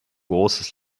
großes